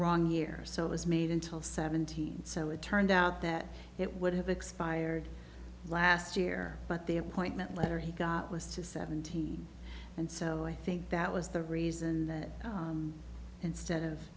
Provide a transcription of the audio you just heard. wrong year so it was made until seventy so it turned out that it would have expired last year but the appointment letter he got was just seventeen and so i think that was the reason that instead of